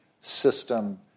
system